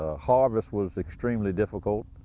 ah harvest was extremely difficult.